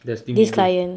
justin bieber